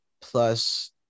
plus